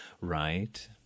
Right